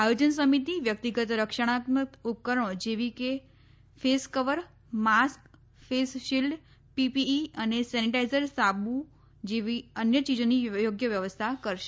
આયોજન સમિતિ વ્યક્તિગત રક્ષણાત્મક ઉપકરણો જેવી કે face cover mask face shield PPE અને સેનિટાઇઝર સાબુ જેવી અન્ય ચીજોની યોગ્ય વ્યવસ્થા કરશે